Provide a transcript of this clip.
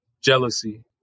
jealousy